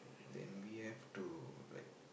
then we have to like